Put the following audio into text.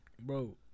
Bro